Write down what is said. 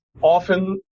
often